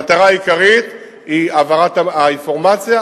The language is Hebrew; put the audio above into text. המטרה העיקרית היא העברת האינפורמציה,